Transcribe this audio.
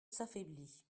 s’affaiblit